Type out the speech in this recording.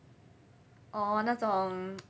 哦那种